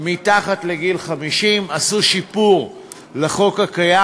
מתחת לגיל 50. עשו שיפור לחוק הקיים.